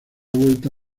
vuelta